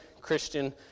Christian